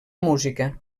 música